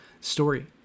story